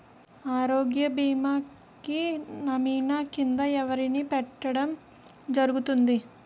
ఆరోగ్య భీమా కి నామినీ కిందా ఎవరిని పెట్టడం జరుగతుంది?